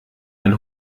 ein